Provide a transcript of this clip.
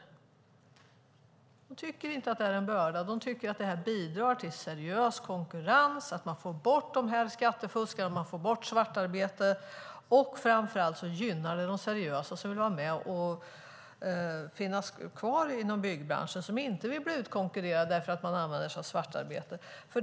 De tycker inte att det här är en börda. De tycker att det här bidrar till seriös konkurrens, till att man får bort skattefuskarna och får bort svartarbete. Framför allt gynnar det de seriösa som vill finnas kvar inom byggbranschen och som inte vill bli utkonkurrerade av sådana som använder sig av svartarbete.